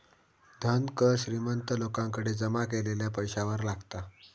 धन कर श्रीमंत लोकांकडे जमा केलेल्या पैशावर लागता